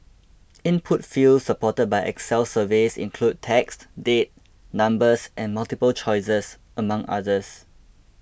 input fields supported by Excel surveys include text date numbers and multiple choices among others